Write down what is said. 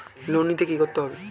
Loan নিতে কী করতে হবে?